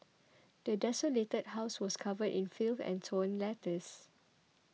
the desolated house was covered in filth and torn letters